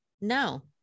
No